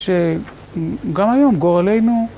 שגם גם היום גורלנו...